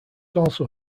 also